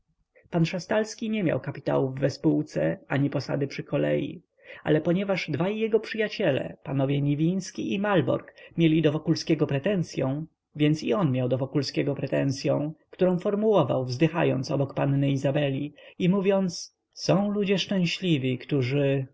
szastalski nie miał kapitałów we współce ani posady przy kolei ale ponieważ dwaj jego przyjaciele panowie niwiński i malborg mieli do wokulskiego pretensyą więc i on miał do wokulskiego pretensyą którą formułował wzdychając obok panny izabeli i mówiąc są ludzie szczęśliwi którzy